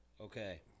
Okay